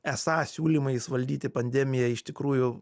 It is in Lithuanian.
esą siūlymais valdyti pandemiją iš tikrųjų